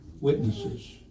witnesses